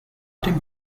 dem